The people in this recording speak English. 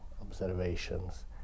observations